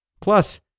Plus